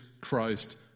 Christ